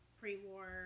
pre-war